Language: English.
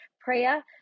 prayer